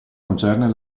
concerne